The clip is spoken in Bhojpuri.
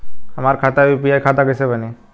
हमार खाता यू.पी.आई खाता कईसे बनी?